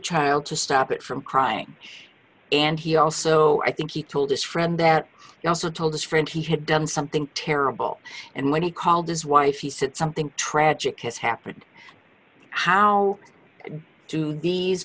child to stop it from crying and he also i think he told his friend that he also told his friend he had done something terrible and when he called his wife he said something tragic has happened how to